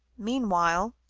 meanwhile